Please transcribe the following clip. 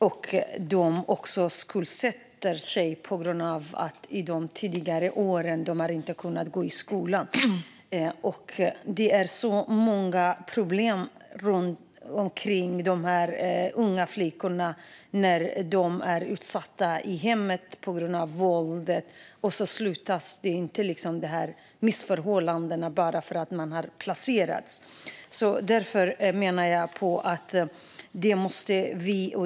De har också skuldsatt sig på grund av att de under tidigare år inte har kunnat gå i skolan. Det är så många problem runt dessa unga flickor när de är utsatta i sina hem på grund av våld. Men dessa missförhållanden slutar inte bara för att de har placerats på ett hem.